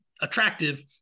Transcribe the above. attractive